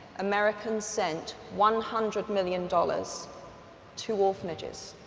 americans sent one hundred million dollars to orphanages.